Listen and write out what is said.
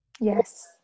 Yes